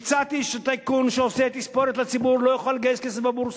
הצעתי שטייקון שעושה תספורת לציבור לא יוכל לגייס כסף בבורסה.